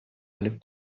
allem